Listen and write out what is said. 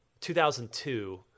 2002